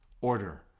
order